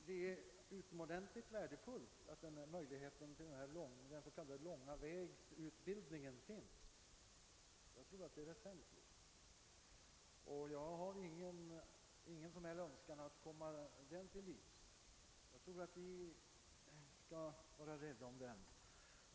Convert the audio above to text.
Det är naturligtvis värdefullt att denna »långvägsutbildning« finns; jag tror att det är väsentligt, och jag har ingen som helst önskan att komma åt den — jag tror tvärtom att vi skall vara rädda om den.